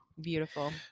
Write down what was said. beautiful